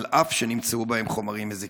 אף שנמצאו בהם חומרים מזיקים?